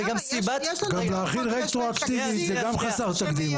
גם --- גם להחיל רטרואקטיבית זה גם חסר תקדים,